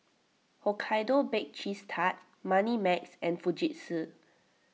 Hokkaido Baked Cheese Tart Moneymax and Fujitsu